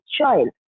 child